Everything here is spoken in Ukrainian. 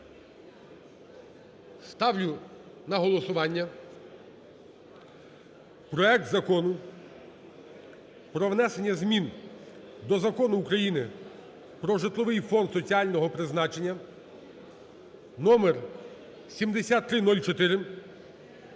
ставлю на голосування проект Закону про внесення змін до Закону України "Про житловий фонд соціального призначення" (№ 7304)